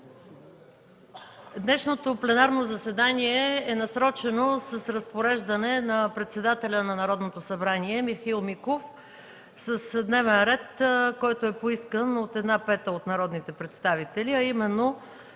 Днешното пленарно заседание е насрочено с разпореждане на председателя на Народното събрание Михаил Миков с дневен ред, който е поискан от една пета от народните представители, а именно: